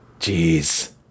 Jeez